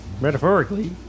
metaphorically